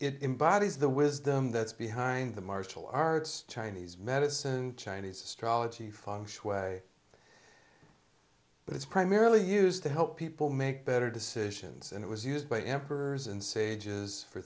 it embody is the wisdom that's behind the martial arts chinese medicine chinese astrology fox way it's primarily used to help people make better decisions and it was used by emperors and sages for